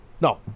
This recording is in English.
No